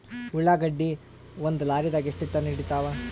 ಉಳ್ಳಾಗಡ್ಡಿ ಒಂದ ಲಾರಿದಾಗ ಎಷ್ಟ ಟನ್ ಹಿಡಿತ್ತಾವ?